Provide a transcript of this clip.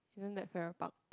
didn't get farrer park